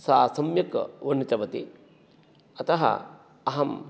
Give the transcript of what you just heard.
सा सम्यक् वर्णितवती अतः अहं